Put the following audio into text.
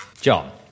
John